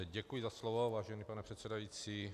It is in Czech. Děkuji za slovo, vážený pane předsedající.